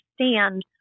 understand